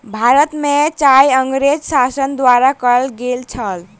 भारत में चाय अँगरेज़ शासन द्वारा कयल गेल छल